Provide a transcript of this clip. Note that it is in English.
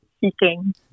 seeking